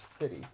City